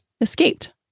escaped